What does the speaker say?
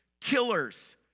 killers